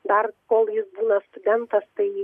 dar kol jis būna studentas tai